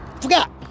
forgot